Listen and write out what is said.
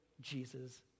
Jesus